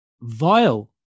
vile